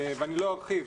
ולא ארחיב: